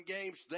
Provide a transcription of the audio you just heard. Games